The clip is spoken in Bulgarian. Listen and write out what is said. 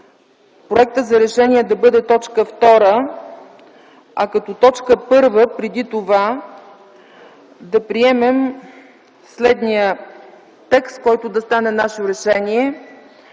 проектът за решение да бъде т. 2, а като т. 1 преди това да приемем следния текст, който да стане наше решение: